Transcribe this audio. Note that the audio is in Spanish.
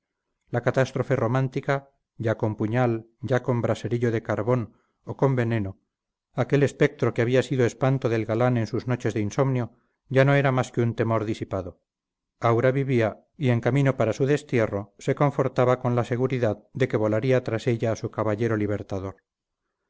la catástrofe romántica ya con puñal ya con braserillo de carbón o con veneno aquel espectro que había sido espanto del galán en sus noches de insomnio ya no era más que un temor disipado aura vivía y en camino para su destierro se confortaba con la seguridad de que volaría tras ella su caballero libertador